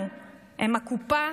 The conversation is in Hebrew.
אמסלם לא מקופח,